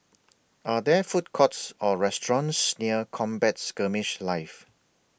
Are There Food Courts Or restaurants near Combat Skirmish Live